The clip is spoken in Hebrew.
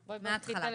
החוק.